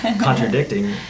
contradicting